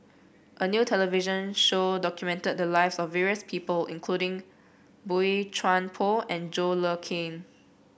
a new television show documented the lives of various people including Boey Chuan Poh and John Le Cain